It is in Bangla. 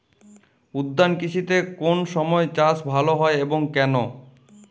উদ্যান কৃষিতে কোন সময় চাষ ভালো হয় এবং কেনো?